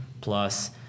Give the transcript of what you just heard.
plus